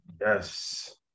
Yes